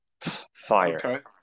fire